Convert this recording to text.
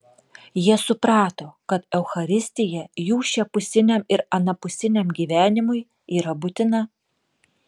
jie suprato kad eucharistija jų šiapusiniam ir anapusiniam gyvenimui yra būtina